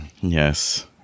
Yes